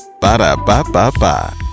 Ba-da-ba-ba-ba